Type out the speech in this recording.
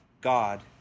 God